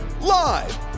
Live